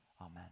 amen